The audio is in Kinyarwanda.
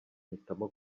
mpitamo